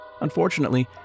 Unfortunately